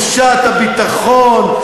הצלחתם לדרדר את תחושת הביטחון.